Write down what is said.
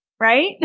right